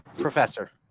professor